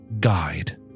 guide